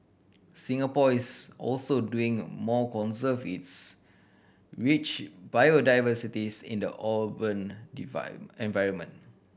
Singapore is also doing more conserve its rich biodiversities in the urban environment